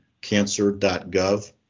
cancer.gov